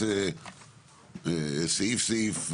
סעיף סעיף.